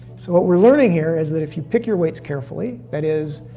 so what we're learning here is that if you pick your weights carefully, that is,